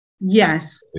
yes